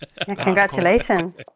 Congratulations